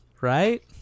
right